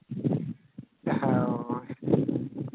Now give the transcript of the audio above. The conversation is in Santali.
ᱦᱳᱭ